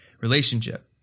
relationship